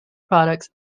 products